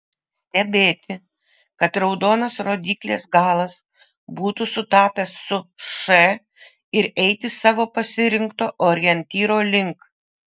stebėti kad raudonas rodyklės galas būtų sutapęs su š ir eiti savo pasirinkto orientyro link